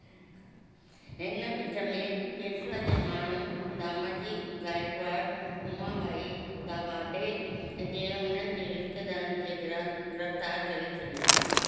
इन विच में पेशवा जे माण्हुनि दामाजी गायकवाड उमाबाई दाभाडे ऐं उन्हनि जे रिश्तेदारनि खे गिरफ़्तार करे छॾियो